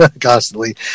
constantly